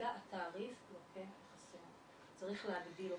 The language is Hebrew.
מציגה שהתעריף הוא כן חסר, צריך להגדיל אותו,